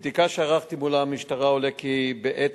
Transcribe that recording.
מבדיקה שערכתי מול המשטרה עולה כי בעת